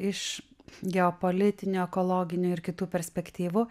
iš geopolitinių ekologinių ir kitų perspektyvų